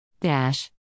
Dash